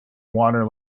water